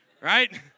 right